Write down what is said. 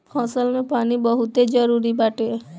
फसल में पानी बहुते जरुरी बाटे